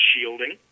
shielding